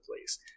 place